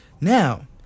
Now